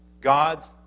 God's